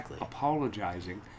apologizing